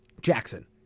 Jackson